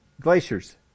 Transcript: glaciers